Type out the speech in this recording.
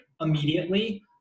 immediately